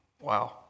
wow